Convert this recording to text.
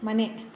ಮನೆ